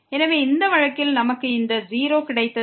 எனவே இந்த வழக்கில் நமக்கு இந்த 0 கிடைத்தது